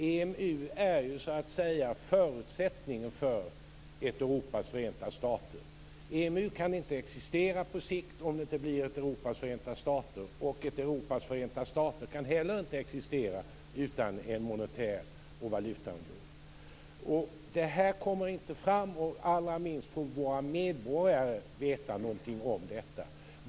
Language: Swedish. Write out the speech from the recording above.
EMU är så att säga förutsättningen för ett Europas förenta stater. EMU kan inte existera på sikt om det inte blir ett Europas förenta stater och ett Europas förenta stater kan heller inte existera utan en valutaunion. Detta kommer inte fram, allra minst får våra medborgare veta någonting om detta.